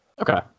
Okay